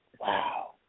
Wow